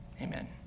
Amen